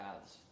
paths